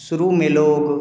शुरू में लोग